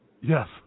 Yes